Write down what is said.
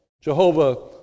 Jehovah